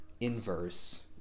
inverse